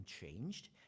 changed